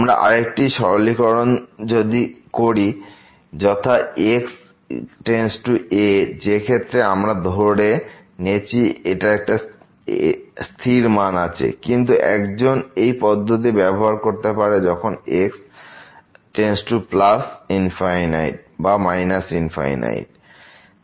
আমরা আরেকটি সরলীকরণ যদি করি যথা x→a যে ক্ষেত্রে আমরা ধরে নিয়েছি এর একটা স্থির মান আছে কিন্তু একজন এই পদ্ধতিটি ব্যবহার করতে পারে যখন x→∞ বা x→ ∞